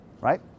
Right